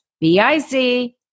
B-I-Z